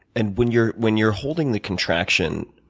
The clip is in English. and when you're when you're holding the contraction,